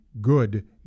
good